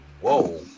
Whoa